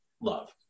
love